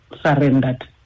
surrendered